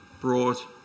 brought